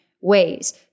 ways